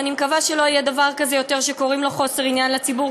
ואני מקווה שלא יהיה דבר כזה יותר שקוראים לו חוסר עניין לציבור,